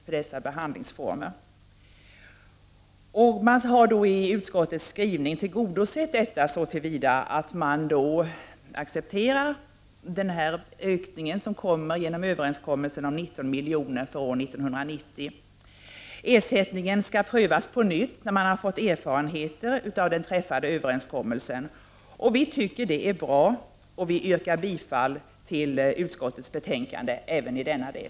I utskottets skrivning har detta tillgodosetts så till vida att man accepterar den ökning på 19 miljoner som överenskommmelsen ger för år 1990. Ersättningen skall prövas på nytt när man har fått erfarenheter av den träffade överenskommelsen. Vi tycker det är bra, och vi yrkar bifall till utskottets hemställan även i denna del.